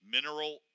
Mineral